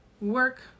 work